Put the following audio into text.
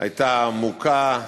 היה מוכה,